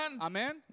Amen